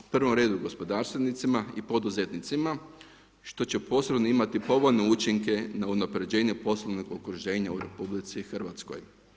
U prvom redu gospodarstvenicima i poduzetnicima što će posebno imati povoljno učinke na unapređenje poslovnog okruženja u Republici Hrvatskoj.